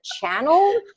channel